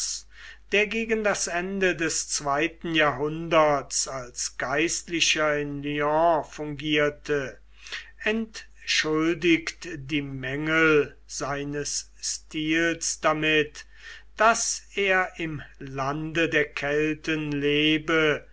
der gegen das ende des zweiten jahrhunderts als geistlicher in lyon fungierte entschuldigt die mängel seines stils damit daß er im lande der kelten lebe